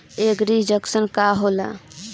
एगरी junction का होला?